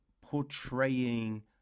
portraying